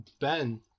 Ben